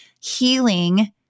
healing